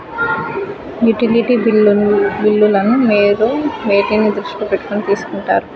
Utility బిల్లులను మీరు వేటిని దృష్టిలో పెట్టుకొని తీసుకుంటారు?